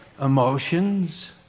Emotions